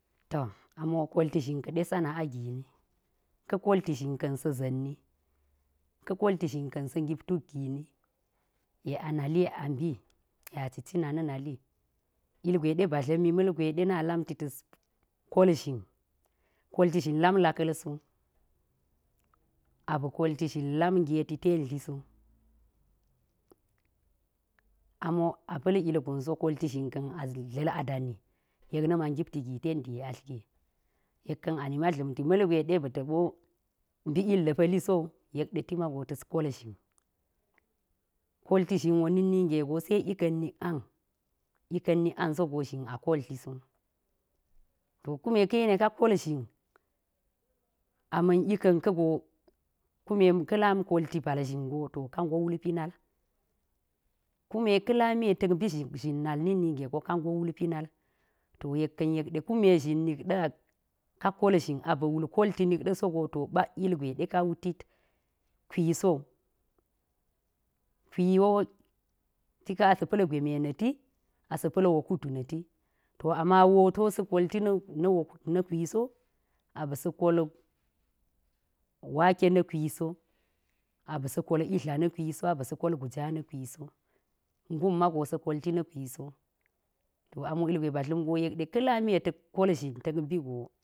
To, ami wo kolti zhin ka̱ɗe sana‘a gini. ka̱ kolti zhin ka̱n sa̱a̱ za̱n ni. ka̱ kolti zhin ka̱n sa̱a̱ ngip tuk gini. yek a nali yek a mbi, yek a ci cina na̱ nali. ilgwe ɗe ba dla̱mi ma̱lgwe ɗe lamti ɗe ta̱s kol zhin. kolti zhin lam laka̱l so, aɓi kolti zhin lam ngeti ten dli so. ami wo a pa̱l ilgon so kolti zhin ka̱n a dla̱l a dani. yek nima ngipti gi ten dii atl ge, yek ka̱n anima dla̱mti ma̱lgwe ba̱ti ɓo mbi ilgi pa̱li so wu, yek ɗe ti mago ta̱s kol zhiin. kolti zhin wo na̱k ninge go se ika̱n nik ang. ika̱n nik ang so go zhin a kol dli so. To kume ka̱yene ka kol zhn a ma̱n ika̱n ka̱ go, kume ka̱ lam kolti bal zhin go to ka ngo wulpi nal, kume ka̱ la̱me ta̱k mbi zhin nal na̱k ninge go to ka ngo wulpi nal. to yek ka̱n yekɗe kume zhin nik ɗa, ka kol zhin a ba̱ wul kolti nik ɗo so go to ɓak ilgwe ka wutit kwi so wu. Kwi wo tika̱n a sa̱ pa̱l gwe me na̱ti, tik ka̱n a sa̱ pa̱l wokudu na̱ti. to ama woo wo to sa̱ kolti na̱ kwi so, a ba̱sa̱ kol wake na̱ kwi so, aba̱ sa̱ kol idla na̱ kwi so, a ba̱ sa̱ kol guja na̱ kwi so, mgum ma go sa̱ kolti na̱ kwi so. To ami wo ilgwe ba dla̱m go yekɗe ka̱ lame ta̱k kol zhin ta̱k mbi go.